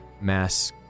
mass